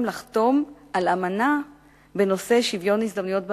לחתום על אמנה בנושא שוויון הזדמנויות בעבודה,